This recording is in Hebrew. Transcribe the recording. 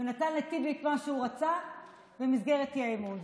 ונתן לטיבי את מה שהוא רצה במסגרת האי-אמון,